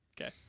Okay